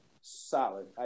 Solid